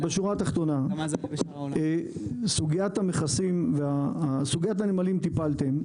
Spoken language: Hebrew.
בשורה תחתונה, בסוגיית הנמלים טיפלתם.